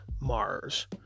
Mars